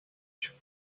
ocho